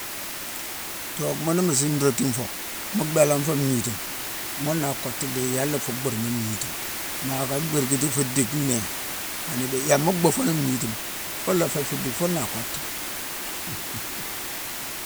Tooghma ni mu simratin fo, mu bhélan fo ngnitima, ghune a kottu yéla fu bhurmi ngnitima. Ma ka bharkiti fu dick né, ani dé. Yéma bhufoni ngnitima, funa fé fu dick fune a kottu dé.